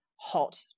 hot